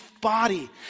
body